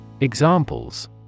Examples